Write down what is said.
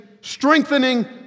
strengthening